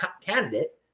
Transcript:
candidate